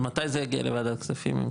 ומתי זה יגיע לוועדת כספים?